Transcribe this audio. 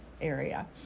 area